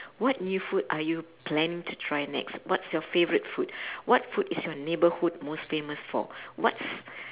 what new food are you planning to try next what's your favourite food what food is your neighbourhood most famous for what's